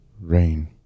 Rain